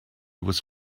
was